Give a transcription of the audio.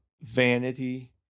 vanity